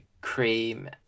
cream